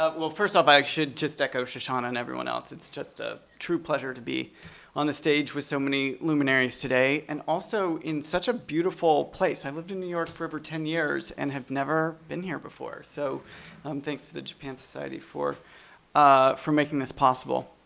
ah well, first off, i should just echo shoshana and everyone else, it's just a true pleasure to be on the stage with so many luminaries today. and also in such a beautiful place. i lived in new york for over ten years and have never been here before, so um thanks to the japan society for ah for making this possible.